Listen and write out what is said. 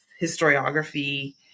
historiography